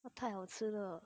它好吃了